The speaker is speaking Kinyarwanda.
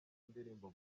ndirimbo